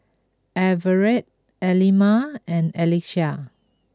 Everette Aleena and Alycia